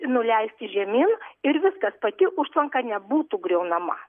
nuleisti žemyn ir viskas pati užtvanka nebūtų griaunama